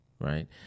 right